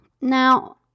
Now